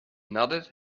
nodded